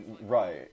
right